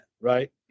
right